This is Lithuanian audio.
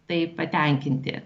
tai patenkinti